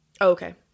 Okay